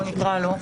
בואו נקרא לו,